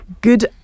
Good